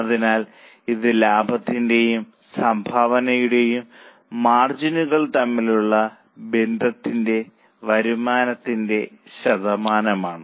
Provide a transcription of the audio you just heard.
അതിനാൽ ഇത് ലാഭത്തിന്റെയും സംഭാവനയുടെയും മാർജിനുകൾ തമ്മിലുള്ള ബന്ധത്തിൽ വരുമാനത്തിന്റെ ശതമാനമാണ്